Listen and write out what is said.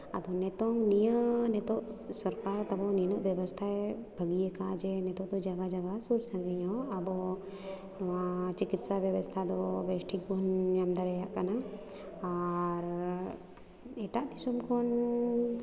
ᱟᱫᱚ ᱱᱤᱛᱳᱜ ᱱᱤᱭᱟᱹ ᱱᱤᱛᱳᱜ ᱥᱚᱨᱠᱟᱨ ᱛᱟᱵᱚ ᱱᱤᱱᱟᱹᱜ ᱵᱮᱵᱚᱥᱛᱷᱟᱭ ᱵᱷᱟᱹᱜᱤᱭᱟᱠᱟᱱᱟ ᱡᱮ ᱱᱤᱛᱳᱜ ᱫᱚ ᱡᱟᱭᱜᱟ ᱡᱟᱭᱜᱟ ᱥᱳᱨ ᱥᱟᱺᱜᱤᱧ ᱦᱚᱸ ᱟᱵᱚ ᱱᱚᱣᱟ ᱪᱤᱠᱤᱛᱥᱟ ᱵᱮᱵᱚᱥᱛᱟ ᱫᱚ ᱵᱮᱥ ᱴᱷᱤᱠᱵᱚᱱ ᱧᱟᱢ ᱫᱟᱲᱮᱭᱟᱜ ᱠᱟᱱᱟ ᱟᱨ ᱮᱴᱟᱜ ᱫᱤᱥᱚᱢ ᱠᱷᱚᱱ